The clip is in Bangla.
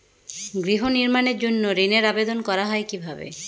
গৃহ নির্মাণের জন্য ঋণের আবেদন করা হয় কিভাবে?